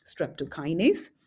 streptokinase